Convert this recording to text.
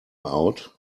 out